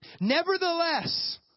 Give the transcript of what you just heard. Nevertheless